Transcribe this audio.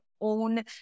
own